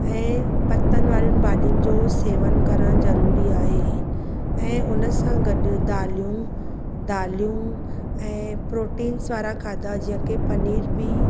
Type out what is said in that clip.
ऐं पतनि वारियुनि भाॼुनि जो सेवनि करणु ज़रूरी आहे ऐं उन सां गॾु दालियूं दालियूं ऐं प्रोटीन्स वारा खाधा जीअं कि पनीर बि